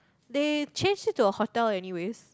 they changed it to a hotel anyways